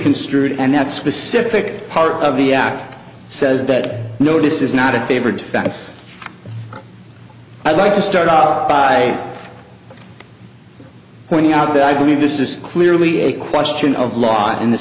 construed and that specific part of the act says that notice is not a favored backus i'd like to start off by pointing out that i believe this is clearly a question of law in th